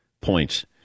points